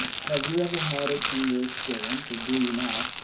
have you ever had it in your experience, or do you now,